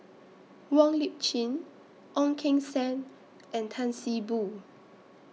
Wong Lip Chin Ong Keng Sen and Tan See Boo